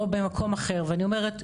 או במקום אחר ואני אומרת,